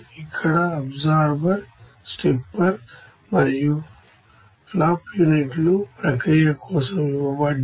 ఇక్కడ absorber stripper మరియు flash యూనిట్లు ప్రక్రియ కోసం ఇవ్వబడ్డాయి